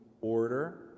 order